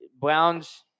Browns